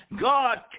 God